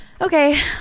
Okay